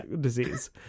disease